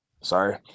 Sorry